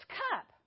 cup